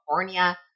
California